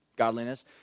godliness